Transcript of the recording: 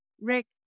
Rick